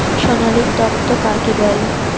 সোনালী তন্তু কাকে বলে?